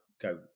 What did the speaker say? go